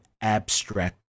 abstract